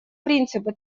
принципы